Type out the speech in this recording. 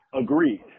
agreed